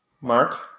Mark